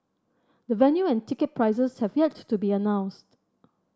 the venue and ticket prices have yet to be announced